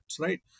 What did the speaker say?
Right